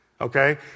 Okay